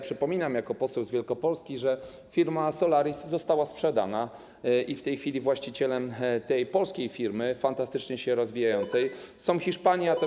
Przypominam jako poseł z Wielkopolski, że firma Solaris została sprzedana i w tej chwili właścicielem tej polskiej firmy, fantastycznie się rozwijającej, są Hiszpanie.